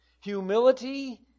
Humility